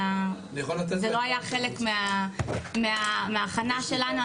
זה לא היה חלק מההכנה שלנו,